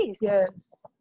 yes